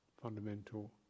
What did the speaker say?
fundamental